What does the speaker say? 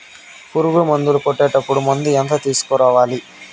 పులుగు మందులు కొట్టేటప్పుడు మందు ఎంత తీసుకురావాలి?